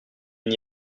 n’y